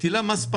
מטילה מס,